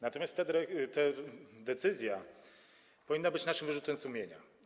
Natomiast decyzja powinna być naszym wyrzutem sumienia.